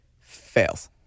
fails